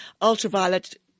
ultraviolet